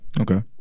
Okay